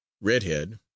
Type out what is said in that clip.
redhead